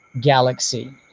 galaxy